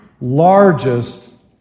largest